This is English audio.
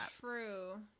True